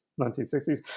1960s